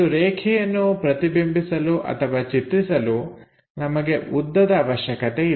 ಒಂದು ರೇಖೆಯನ್ನು ಪ್ರತಿಬಿಂಬಿಸಲು ಅಥವಾ ಚಿತ್ರಿಸಲು ನಮಗೆ ಉದ್ದದ ಅವಶ್ಯಕತೆ ಇದೆ